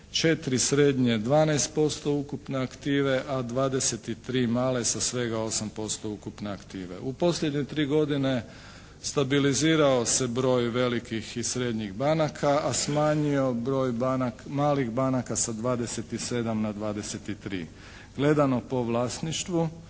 4 srednje 12% ukupne aktive, a 23 male sa svega 8% ukupne aktive. U posljednje tri godine stabilizirao se broj velikih i srednjih banaka, a smanjio broj malih banaka sa 27 na 23. Gledano po vlasništvu,